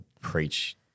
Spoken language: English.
preach